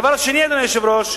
הדבר השני, אדוני היושב-ראש,